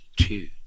two